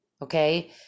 Okay